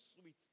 sweet